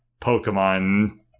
Pokemon